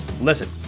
Listen